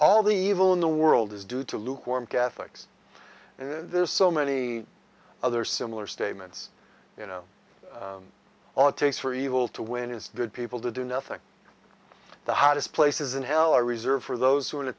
all the evil in the world is due to lukewarm catholics and there's so many other similar statements you know all it takes for evil to win is that people to do nothing the hottest places in hell are reserved for those who are in a